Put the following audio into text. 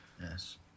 Yes